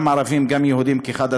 גם ערבים וגם יהודים כאחד,